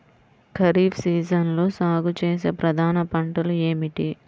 ఖరీఫ్ సీజన్లో సాగుచేసే ప్రధాన పంటలు ఏమిటీ?